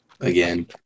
Again